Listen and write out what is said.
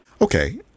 Okay